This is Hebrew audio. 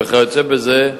וכיוצא בזה,